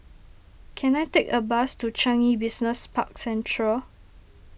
can I take a bus to Changi Business Park Central